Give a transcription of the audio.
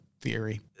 theory